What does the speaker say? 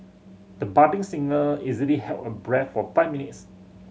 the budding singer easily held her breath for five minutes